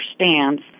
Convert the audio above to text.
understands